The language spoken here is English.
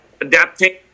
Adapting